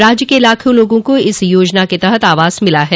राज्य के लाखों लोगों को इस योजना के तहत आवास मिला है